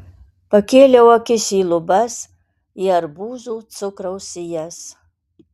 pakėliau akis į lubas į arbūzų cukraus sijas